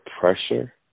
pressure